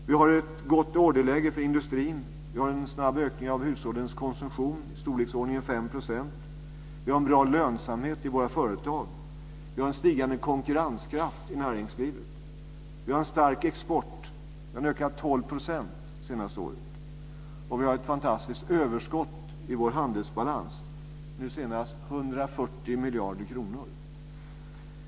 Vi har ett gott orderläge för industrin. Vi har en snabb ökning av hushållens konsumtion i storleksordningen 5 %. Vi har en bra lönsamhet i våra företag. Vi har en stigande konkurrenskraft i näringslivet. Vi har en stark export. Den har ökat med 12 % under det senaste året. Och vi har ett fantastiskt överskott i vår handelsbalans. Nu senast var det 140 miljarder kronor.